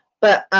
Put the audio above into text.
but,